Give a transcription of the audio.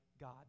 God